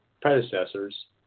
predecessors